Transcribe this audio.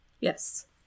yes